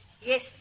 Yes